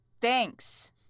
thanks